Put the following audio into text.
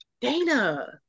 Dana